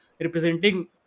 representing